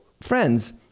friends